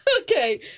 Okay